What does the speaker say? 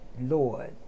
Lord